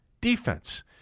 defense